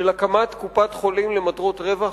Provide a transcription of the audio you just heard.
של הקמת קופת-חולים למטרות רווח,